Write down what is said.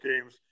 games